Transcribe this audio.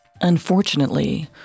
Unfortunately